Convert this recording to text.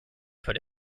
put